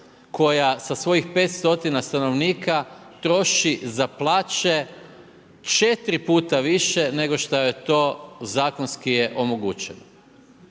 koja sa svojih 5 stotina stanovnika troši za plaće 4 puta više nego što je to zakonski omogućeno.